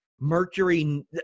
Mercury –